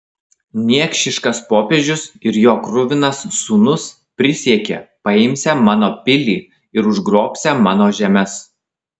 niekšiškas popiežius ir jo kruvinas sūnus prisiekė paimsią mano pilį ir užgrobsią mano žemes